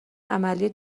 عملی